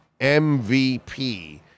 MVP